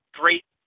great